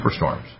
superstorms